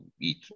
eat